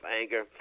anger